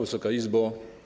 Wysoka Izbo!